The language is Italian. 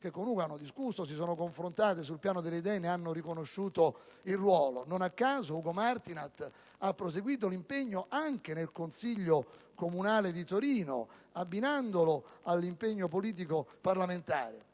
che con Ugo hanno discusso e si sono confrontate sul piano delle idee, ne hanno riconosciuto il ruolo. Non a caso Ugo Martinat ha proseguito l'impegno anche nel Consiglio comunale di Torino, abbinandolo all'impegno politico parlamentare.